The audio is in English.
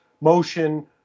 motion